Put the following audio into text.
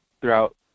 throughout